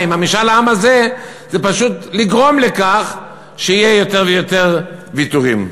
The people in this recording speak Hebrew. במשאל העם הזה היא פשוט לגרום לכך שיהיו יותר ויותר ויתורים.